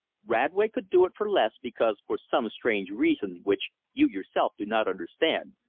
radway could do it for less, because, for some strange reason which you yourself do not understand,